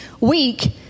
weak